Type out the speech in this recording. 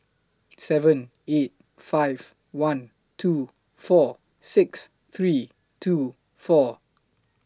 seven eight five one two four six three two four